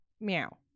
Meow